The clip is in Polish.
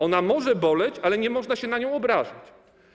Ona może boleć, ale nie można się na nią obrażać.